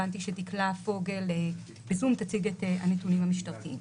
הבנתי שדקלה פוגל תציג בזום את הנתונים המשטרתיים.